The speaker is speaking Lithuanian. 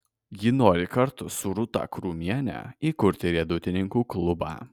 ji nori kartu su rūta krūmiene įkurti riedutininkų klubą